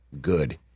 good